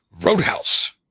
Roadhouse